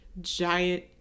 giant